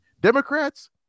Democrats